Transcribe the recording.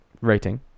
rating